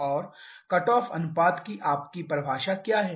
और cut off अनुपात की आपकी परिभाषा क्या है